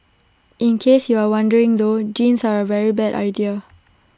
in case you are wondering though jeans are A very bad idea